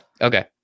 Okay